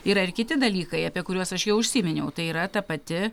yra ir kiti dalykai apie kuriuos aš jau užsiminiau tai yra ta pati